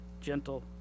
Gentle